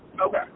Okay